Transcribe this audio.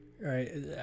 right